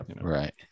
right